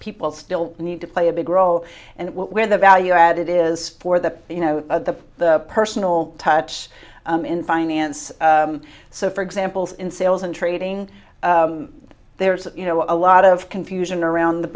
people still need to play a big role and where the value added is for the you know the the personal touch in finance so for example in sales and trading there's you know a lot of confusion around the